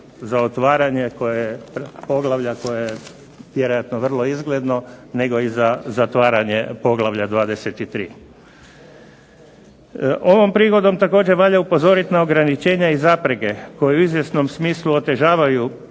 za otvaranje koje, poglavlja koje je vjerojatno vrlo izgledno, nego i za zatvaranje poglavlja 23. Ovom prigodom također valja upozoriti na ograničenja i zapreke koji u izvjesnom smislu otežavaju